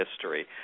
history